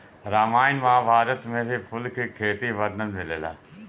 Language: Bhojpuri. रामायण महाभारत में भी फूल के खेती के वर्णन मिलेला